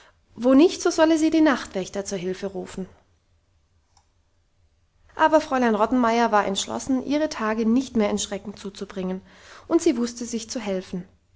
wo nicht so solle sie die nachtwächter zu hilfe rufen aber fräulein rottenmeier war entschlossen ihre tage nicht mehr in schrecken zuzubringen und sie wusste sich zu helfen